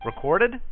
Recorded